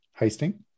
heisting